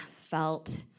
felt